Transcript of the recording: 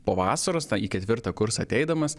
po vasaros į ketvirtą kursą ateidamas